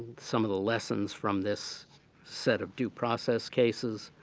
some of the lessons from this set of due process cases